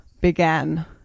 began